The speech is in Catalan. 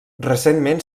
recentment